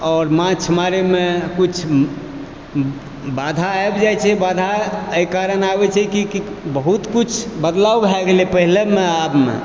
आओर माछ मारैमे किछु बाधा आबि जाइ छै बाधा एहि कारण आबै छै की की बहुत किछु बदलाव भए गेलै पहिलेमे आबमे